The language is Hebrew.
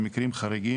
במקרים חריגים,